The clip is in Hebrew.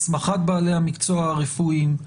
הסמכת בעלי המקצוע הרפואיים,